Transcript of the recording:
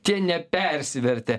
tie nepersivertė